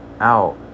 out